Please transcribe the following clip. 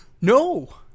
No